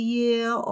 year